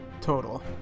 total